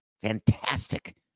fantastic